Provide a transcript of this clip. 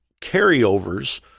carryovers